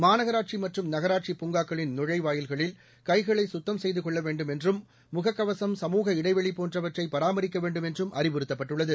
மாநகராட்சி மற்றும் நகராட்சி பூங்காக்களின் நுழைவாயில்களில் கைகளை சுத்தம் செய்து கொள்ள வேண்டும் என்றும் முகக்கவசம் சமூக இடைவெளி போன்றவற்றை பராமரிக்க வேண்டும் என்றும் அறிவுறுத்தப்பட்டுள்ளது